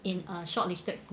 in a shortlisted school